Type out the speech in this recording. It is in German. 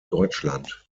deutschland